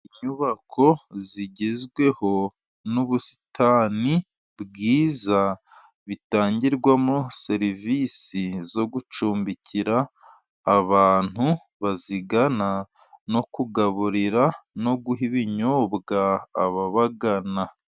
Inyubako zigezweho , n'ubusitani bwiza bitangirwamo serivise zo gucumbikira abantu bazigana no kugaburira no guha ibinyobwa ababagana .